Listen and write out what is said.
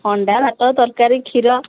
ଅଣ୍ଡା ଭାତ ତରକାରୀ କ୍ଷୀର